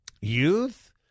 youth